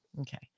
okay